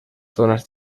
zonas